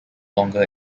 longer